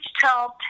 tell